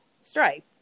strife